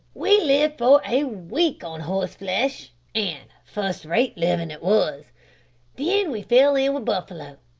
we lived for a week on horseflesh, an' first-rate livin' it wos then we fell in with buffalo,